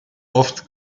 oft